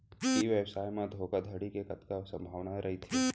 ई व्यवसाय म धोका धड़ी के कतका संभावना रहिथे?